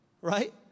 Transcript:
right